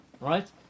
Right